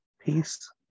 Peace